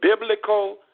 biblical